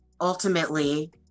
ultimately